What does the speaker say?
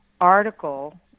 article